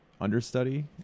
understudy